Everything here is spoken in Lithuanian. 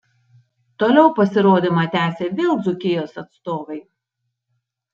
toliau pasirodymą tęsė vėl dzūkijos atstovai